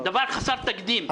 דבר חסר תקדים.